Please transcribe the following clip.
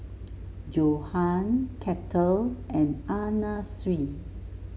Johan Kettle and Anna Sui